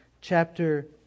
chapter